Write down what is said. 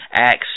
Acts